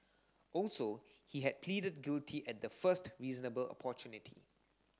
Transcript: also he had pleaded guilty at the first reasonable opportunity